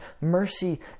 mercy